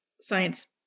science